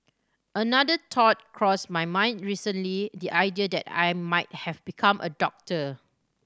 another thought crossed my mind recently the idea that I might have become a doctor